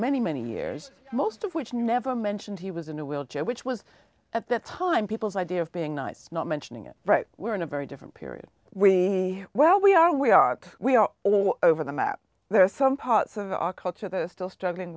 many many years most of which never mentioned he was in a wheelchair which was at the time people's idea of being not not mentioning it we're in a very different period we well we are we are we are all over the map there are some parts of our culture though still struggling